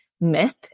myth